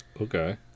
okay